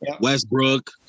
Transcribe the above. Westbrook